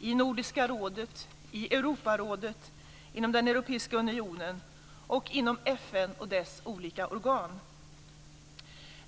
i Nordiska rådet, i Europarådet, inom den europeiska unionen samt inom FN och dess olika organ.